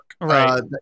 Right